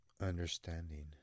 Understanding